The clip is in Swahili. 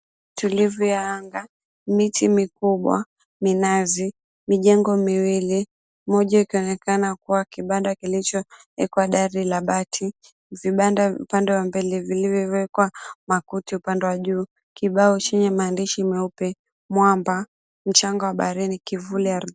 Utulivu ya anga miti mikubwa. Minazi mijengo miwili moja ikionekana kuwa kibanda kilichowekwa gari la bati. Vibanda upande wa mbele vilivyo wekwa makuti upande wa juu. Kibao chini ya maandishi meupe mwamba mchanga wa baharini kivuli ardhini.